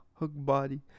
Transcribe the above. Hookbody